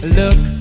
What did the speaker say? look